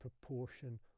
proportion